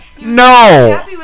No